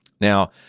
Now